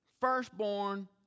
firstborn